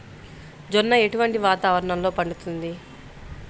జొన్న ఎటువంటి వాతావరణంలో పండుతుంది?